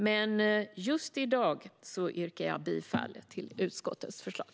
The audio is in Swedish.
Men just i dag yrkar jag bifall till utskottets förslag.